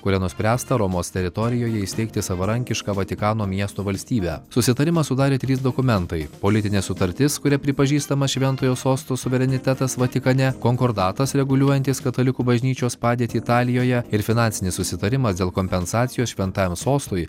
kuria nuspręsta romos teritorijoje įsteigti savarankišką vatikano miesto valstybę susitarimą sudarė trys dokumentai politinė sutartis kuria pripažįstamas šventojo sosto suverenitetas vatikane konkordatas reguliuojantis katalikų bažnyčios padėtį italijoje ir finansinis susitarimas dėl kompensacijos šventajam sostui